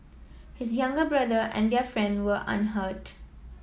his younger brother and their friend were unhurt